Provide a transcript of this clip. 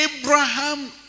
Abraham